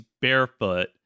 barefoot